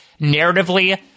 narratively